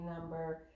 number